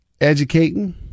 educating